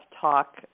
talk